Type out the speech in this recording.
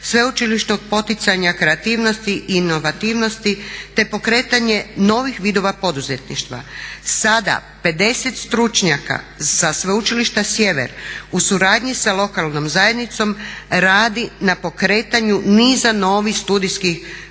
sveučilišnog poticanja kreativnosti i inovativnosti te pokretanje novih vidova poduzetništva. Sada 50 stručnjaka sa Sveučilišta Sjever u suradnji sa lokalnom zajednicom radi na pokretanju niza novih studijskih